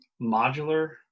modular